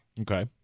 Okay